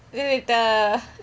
generator